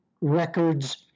records